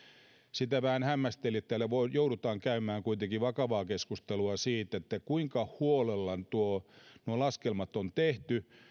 sitä vähän hämmästelin että täällä joudutaan käymään kuitenkin vakavaa keskustelua siitä kuinka huolella nuo laskelmat on tehty